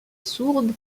sourde